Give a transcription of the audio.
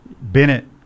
Bennett